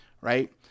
right